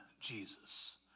Jesus